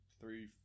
three